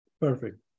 Perfect